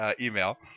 email